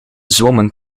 zwommen